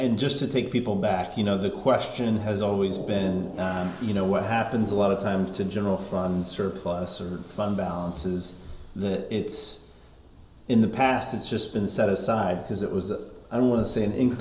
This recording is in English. and just to take people back you know the question has always been you know what happens a lot of time to general fund surplus or fund balances that it's in the past it's just been set aside because it was a i don't want to say